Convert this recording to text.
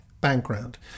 background